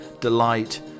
delight